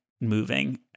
moving